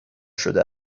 شده